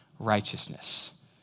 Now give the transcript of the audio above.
righteousness